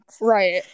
Right